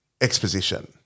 exposition